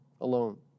alone